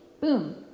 boom